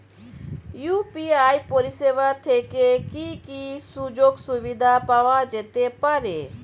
UPI পরিষেবা থেকে কি কি সুযোগ সুবিধা পাওয়া যেতে পারে?